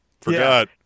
Forgot